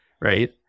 right